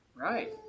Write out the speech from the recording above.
Right